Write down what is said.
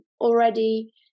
already